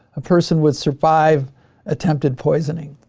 person would survive attempted poisoning.